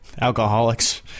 Alcoholics